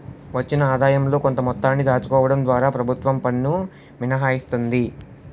వచ్చిన ఆదాయంలో కొంత మొత్తాన్ని దాచుకోవడం ద్వారా ప్రభుత్వం పన్ను మినహాయిస్తుంది